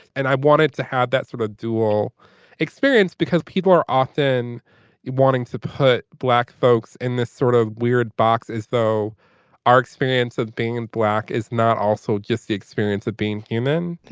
and i wanted to have that sort of dual experience because people are often wanting to put black folks in this sort of weird box as though our experience of being and black is not also just the experience of being human.